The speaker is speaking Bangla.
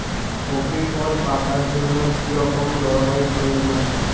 কফি ফল পাকার জন্য কী রকম জলবায়ু প্রয়োজন?